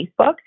Facebook